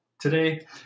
Today